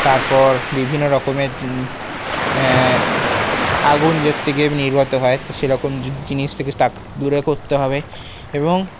তারপর বিভিন্ন রকমের আগুন যার থেকে নির্গত হয় সেরকম জিনিস থেকে তার দূরে করতে হবে এবং